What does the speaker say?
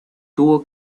tuvo